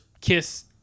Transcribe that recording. kiss